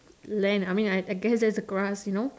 land I mean I I guess that is a grass you know